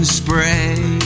spray